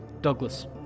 Douglas